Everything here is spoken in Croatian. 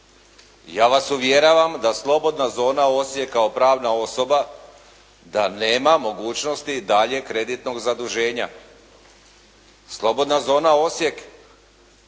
Ja vas uvjeravam da slobodna zona Osijek kao pravna osoba da nema mogućnosti dalje kreditnog zaduženja. Slobodna zona Osijek